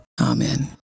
Amen